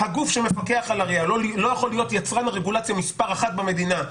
הגוף שמפקח על ה-RIA לא יכול להיות יצרן רגולציה מספר אחת במדינה,